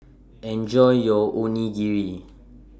Enjoy your Onigiri